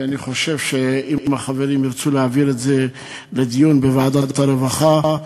אני חושב שאם החברים ירצו להעביר את זה לדיון בוועדת הרווחה,